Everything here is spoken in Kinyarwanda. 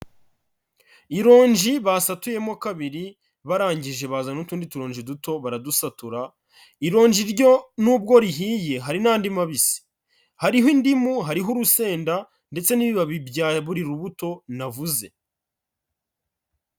Ironji basatuyemo kabiri barangije bazana n'utundi turonji duto baradusatura, ironji ryo nubwo rihiye hari n'andi mabisi. Hariho indimu hariho urusenda ndetse n'ibibabi bya buri rubuto navuze.